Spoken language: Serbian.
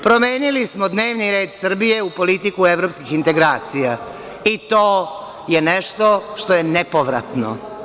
Promenili smo dnevni red Srbije u politiku evropskih integracija, i to je nešto što je nepovratno.